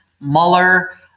Mueller